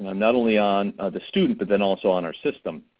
um not only on the student but then also on our system.